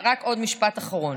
רק עוד משפט אחרון.